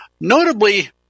Notably